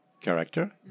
character